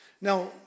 Now